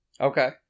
Okay